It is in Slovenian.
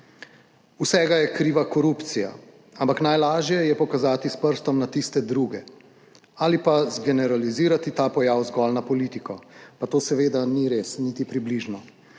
Vsega je kriva korupcija, ampak najlažje je pokazati s prstom na tiste druge ali pa z generalizirati ta pojav zgolj na politiko, pa to seveda ni res, niti približno.